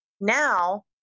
now